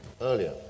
earlier